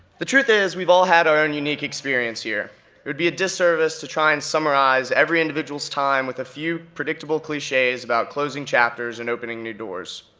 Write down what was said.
the truth is we've all had our own unique experience here, it would be a disservice to try and summarize every individual's time with a few predictable cliches about closing chapters and opening new doors.